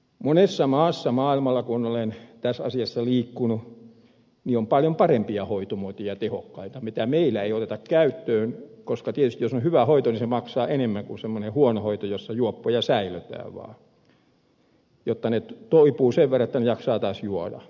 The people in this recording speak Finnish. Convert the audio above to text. monessa maassa maailmalla kun olen tässä asiassa liikkunut on paljon parempia ja tehokkaita hoitomuotoja joita meillä ei oteta käyttöön koska tietysti jos on hyvä hoito niin se maksaa enemmän kuin semmoinen huono hoito jossa juoppoja säilötään vaan jotta he toipuvat sen verran että he jaksavat taas juoda